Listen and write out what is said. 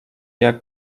jak